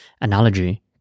analogy